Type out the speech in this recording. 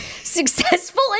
Successful